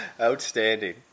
Outstanding